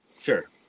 Sure